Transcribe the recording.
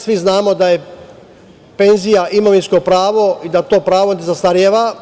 Svi znamo da je penzija imovinsko pravo i da to pravo ne zastareva.